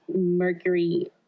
mercury